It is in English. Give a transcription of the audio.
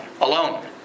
Alone